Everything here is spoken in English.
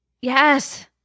Yes